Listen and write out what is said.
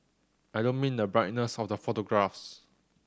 I don't mean the brightness of the photographs